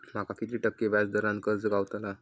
माका किती टक्के व्याज दरान कर्ज गावतला?